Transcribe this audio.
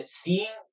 seeing